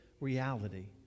reality